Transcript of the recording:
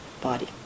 body